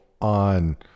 on